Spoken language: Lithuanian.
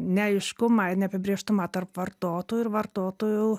neaiškumąir neapibrėžtumą tarp vartotojų ir vartotojų